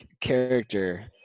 character